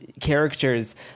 characters